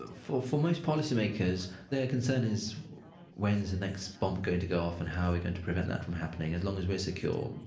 ah for for most policy makers, their concern is when's the next bomb going to go off and how we're ah going to prevent that from happening. as long as we're secure,